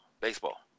Baseball